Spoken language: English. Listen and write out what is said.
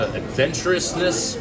adventurousness